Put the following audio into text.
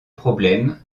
problème